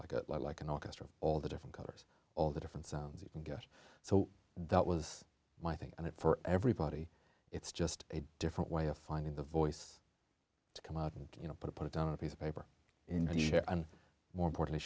like it like an orchestra all the different colors all the different sounds you can get so that was my thing and it for everybody it's just a different way of finding the voice to come out and you know put it on a piece of paper and share and more important